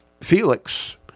Felix